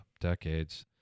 decades